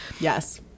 Yes